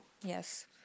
Yes